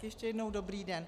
Ještě jednou dobrý den.